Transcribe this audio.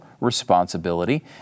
responsibility